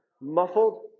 muffled